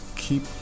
Keep